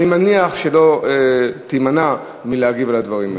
בהזדמנות שתהיה לך אני מניח שלא תימנע מלהגיב על הדברים האלה.